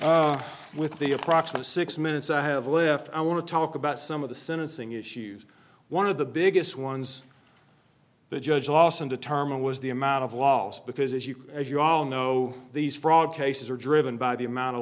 issue with the approximate six minutes i have lift i want to talk about some of the sentencing issues one of the biggest ones the judge also determine was the amount of loss because as you as you all know these fraud cases are driven by the amount of